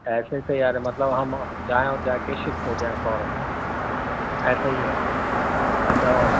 ایسے ہی تیار ہے مطلب ہم جائیں اور جا کے شفٹ ہو جائیں فوراً ایسا ہی ہے اچھا